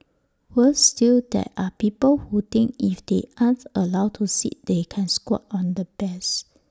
worse still there are people who think if they aren't allowed to sit they can squat on the bears